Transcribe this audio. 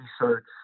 research